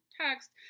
text